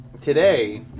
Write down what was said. today